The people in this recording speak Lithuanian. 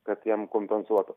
kad jam kompensuotų